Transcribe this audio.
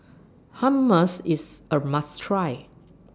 Hummus IS A must Try